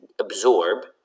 absorb